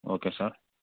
okay sir